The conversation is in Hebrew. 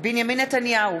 בנימין נתניהו,